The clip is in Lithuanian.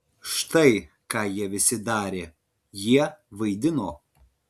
štai ką jie visi darė jie vaidino